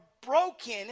broken